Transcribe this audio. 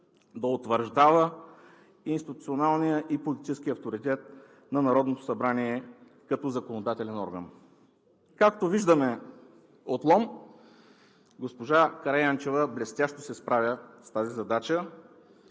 да утвърждава институционалния и политическия авторитет на Народното събрание като законодателен орган. Както виждаме от Лом, госпожа Караянчева блестящо се справя с тази задача